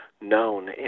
known